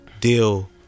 deal